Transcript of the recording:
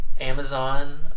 Amazon